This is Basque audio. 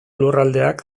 lurraldeak